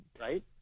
Right